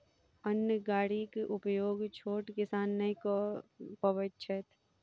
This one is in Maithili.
अन्न गाड़ीक उपयोग छोट किसान नै कअ पबैत छैथ